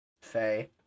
Faye